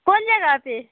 कौन जगह पर